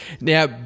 Now